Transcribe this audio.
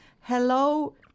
hello